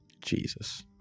Jesus